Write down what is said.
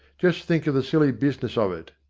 just think of the silly business of it.